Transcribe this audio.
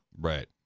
Right